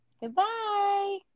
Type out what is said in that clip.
Goodbye